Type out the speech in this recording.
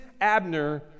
Abner